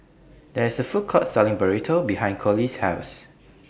There IS A Food Court Selling Burrito behind Coley's House